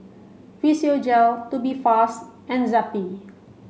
Physiogel Tubifast and Zappy